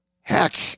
heck